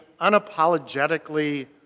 unapologetically